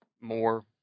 more